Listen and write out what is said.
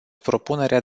propunerea